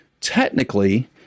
technically